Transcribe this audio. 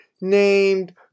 named